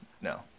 No